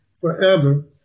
forever